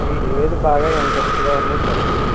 ఏది బాగా ఇంట్రెస్ట్గా ఉందో చెప్పండి